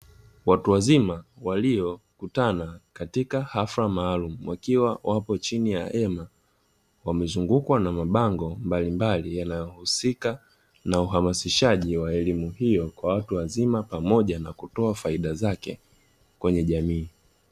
Watu wazima waliokutana katika hafla maalumu wakiwa wapo chini ya hema, wamezungukwa na mabango mbalimbali yanayohusika na uhamasishaji wa elimu hiyo, kwa watu wazima pamoja na kutoa faida zake kwenye jamii.